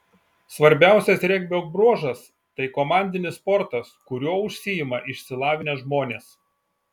svarbiausias regbio bruožas tai komandinis sportas kuriuo užsiima išsilavinę žmonės